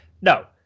No